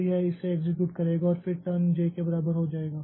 तो यह इसे एक्सेक्यूट करेगा और फिर टर्न j के बराबर हो जाएगा